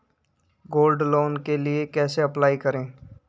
Gold loan के लिए कैसे अप्लाई करें?